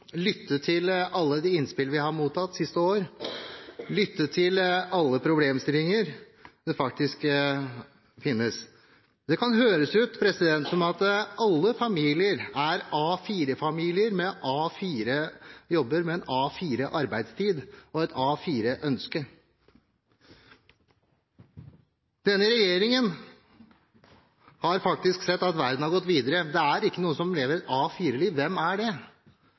lytte til folk, lytte til alle de innspillene vi har mottatt det siste året, lytte til alle problemstillinger som faktisk finnes. Det kan høres ut som om alle familier er A4-familier med A4-jobber med en A4-arbeidstid og et A4-ønske. Denne regjeringen har sett at verden faktisk har gått videre. Det er ikke noen som lever A4-liv. Hvem er det?